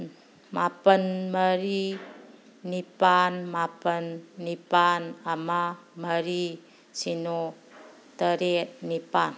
ꯃꯥꯄꯜ ꯃꯔꯤ ꯅꯤꯄꯥꯜ ꯃꯥꯄꯜ ꯅꯤꯄꯥꯜ ꯑꯃ ꯃꯔꯤ ꯁꯤꯅꯣ ꯇꯔꯦꯠ ꯅꯤꯄꯥꯜ